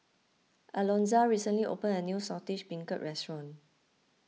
Alonza recently opened a new Saltish Beancurd restaurant